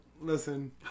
Listen